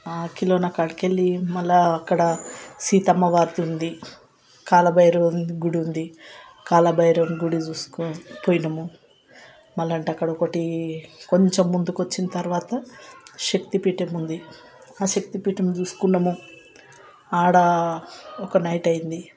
ఆ కిలోన కాడకి వెళ్ళి మళ్ళా అక్కడ సీతమ్మ వారిది ఉంది కాల భైరవ గుడి ఉంది కాల భైరవుని గుడి చూసుకొని పోయినాము మళ్ళా అంటే అక్కడ ఒకటి కొంచం ముందుకు వచ్చిన తర్వాత శక్తిపీఠం ఉంది ఆ శక్తిపీఠం చూసుకున్నాము ఆడ ఒక నైట్ అయింది